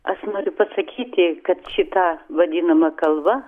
aš noriu pasakyti kad šita vadinama kalva